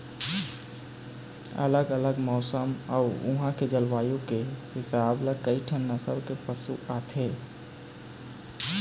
अलग अलग मउसन अउ उहां के जलवायु के हिसाब ले कइठन नसल के पशु आथे